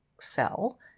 cell